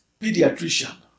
pediatrician